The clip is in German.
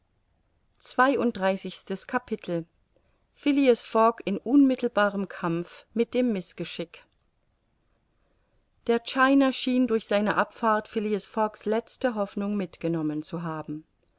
fogg in unmittelbarem kämpf mit dem mißgeschick der china schien durch seine abfahrt phileas fogg's letzte hoffnung mitgenommen zu haben